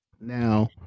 Now